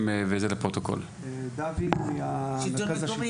דוד, מהמרכז לשלטון